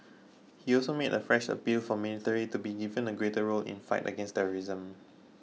he also made a fresh appeal for military to be given a greater role in fight against terrorism